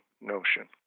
notion